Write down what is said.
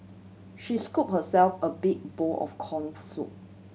she scoop herself a big bowl of corn soup